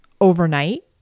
overnight